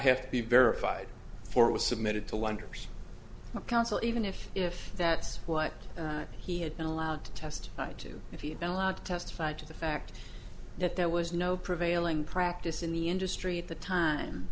have to be verified for was submitted to wonders of counsel even if if that's what he had been allowed to testify to if he had been allowed to testify to the fact that there was no prevailing practice in the industry at the time